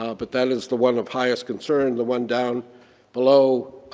ah but that is the one of highest concern. the one down below,